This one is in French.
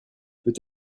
peut